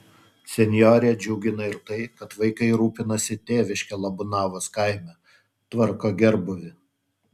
senjorę džiugina ir tai kad vaikai rūpinasi tėviške labūnavos kaime tvarko gerbūvį